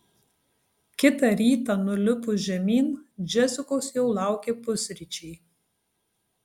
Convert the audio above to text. kitą rytą nulipus žemyn džesikos jau laukė pusryčiai